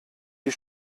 die